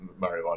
marijuana